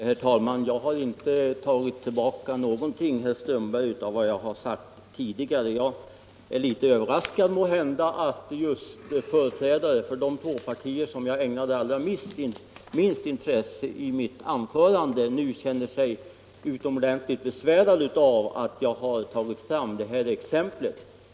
Herr talman! Till herr Strömberg i Botkyrka vill jag säga att jag inte har tagit tillbaka någonting av vad jag har sagt tidigare. Jag är måhända litet överraskad över att just företrädare för de två partier som jag ägnade allra minst intresse i mitt anförande nu känner sig utomordentligt besvärade av att jag har tagit fram detta exempel med Linköping.